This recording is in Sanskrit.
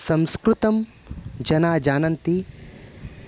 संस्कृतं जनाः जानन्ति